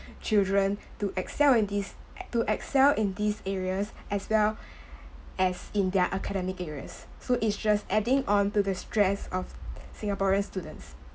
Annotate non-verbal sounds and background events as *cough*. children to excel in this e~ to excel in this areas as well *breath* as in their academic areas so it's just adding on to the stress of singaporean students